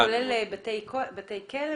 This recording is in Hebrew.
זה כולל בתי כלא?